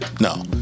No